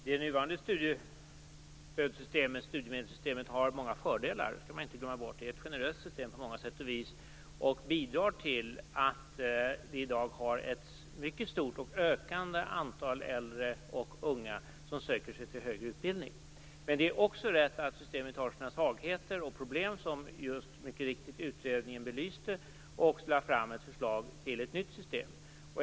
Herr talman! Det nuvarande studiemedelssystemet har många fördelar. Det skall man inte glömma bort. Det är ett generöst system på många sätt och vis och bidrar till att vi i dag har ett mycket stort och ökande antal äldre och unga som söker sig till högre utbildning. Men det är också rätt att systemet har sina svagheter och problem, som utredningen mycket riktigt belyste. Den lade fram ett förslag till nytt system.